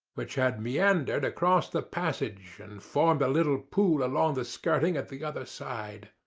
which had meandered across the passage and formed a little pool along the skirting at the other side.